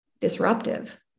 disruptive